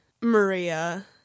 Maria